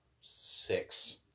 six